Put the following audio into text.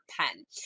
pen